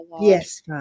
yes